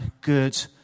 good